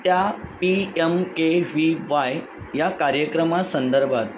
त्या P M K V Y या कार्यक्रमासंदर्भात